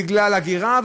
בגלל הגירה.